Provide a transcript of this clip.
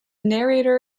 narrator